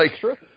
true